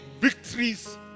victories